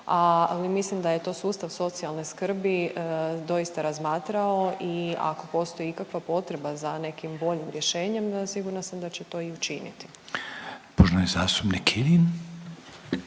ali mislim da je to sustav socijalne skrbi doista razmatrao i ako postoji ikakva potreba za nekim boljim rješenjem sigurna sam da će to i učiniti. **Reiner, Željko